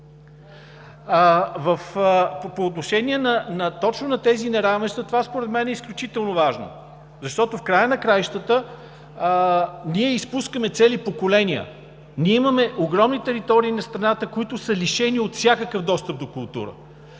По отношение точно на тези неравенства, това според мен е изключително важно, защото в края на краищата ние изпускаме цели поколения. Ние имаме огромни територии на страната, които са лишени от всякакъв достъп до култура.